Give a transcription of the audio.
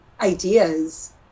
ideas